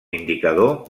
indicador